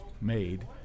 made